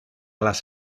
las